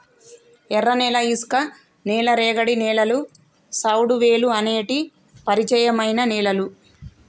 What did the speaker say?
ఎర్రనేల, ఇసుక నేల, రేగడి నేలలు, సౌడువేలుఅనేటి పరిచయమైన నేలలు